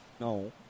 No